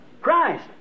Christ